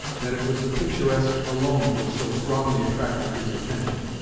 that it was the picturesque alone which so strongly attracted his attention.